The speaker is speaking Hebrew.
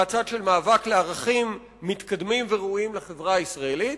מהצד של מאבק על ערכים מתקדמים וראויים לחברה הישראלית.